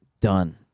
Done